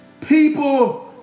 People